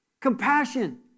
Compassion